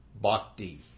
bhakti